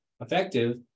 effective